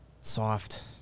soft